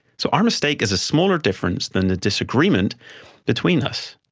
so our mistake is a smaller difference than the disagreement between us.